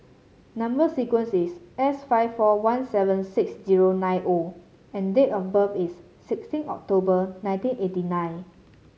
number sequence is S five four one seven six zero nine O and date of birth is sixteen October nineteen eighty nine